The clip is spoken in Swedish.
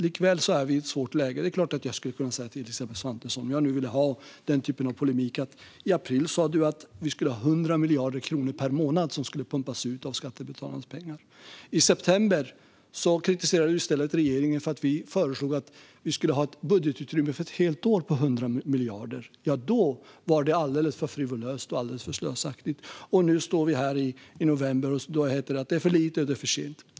Likväl är vi i ett svårt läge. Det är klart att jag, om jag nu ville ha den typen av polemik, skulle kunna säga till Elisabeth Svantesson att hon i april sa att vi skulle pumpa ut 100 miljarder kronor per månad av skattebetalarnas pengar. I september kritiserade hon i stället regeringen för att vi föreslog att vi skulle ha ett budgetutrymme på 100 miljarder för ett helt år - det var alldeles för frivolt och slösaktigt. Nu står vi här i november, och då heter det att det är för lite och för sent.